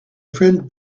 friend